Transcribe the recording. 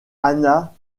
anna